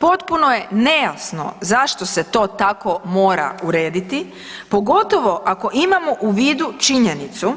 Potpuno je nejasno zašto se to tako mora urediti, pogotovo ako imamo u vidu činjenicu